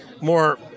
more